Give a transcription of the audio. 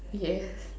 yes